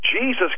Jesus